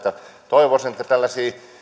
toivoisin että tällaisia